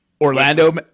Orlando